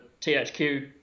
THQ